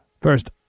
first